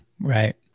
right